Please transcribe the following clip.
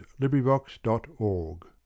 LibriVox.org